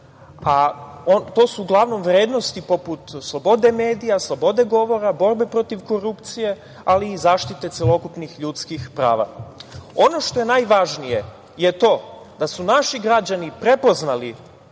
a to su uglavnom vrednosti poput slobode medija, slobode govora, borbe protiv korupcije, ali i zaštite celokupnih ljudskih prava. Ono što je najvažnije je to da su naši građani prepoznali